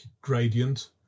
gradient